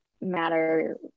matter